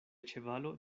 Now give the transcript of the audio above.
ĉevalo